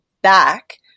Back